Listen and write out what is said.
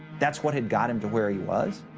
that's what had got him to where he was.